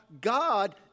God